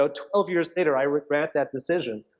so twelve years later, i regret that decision,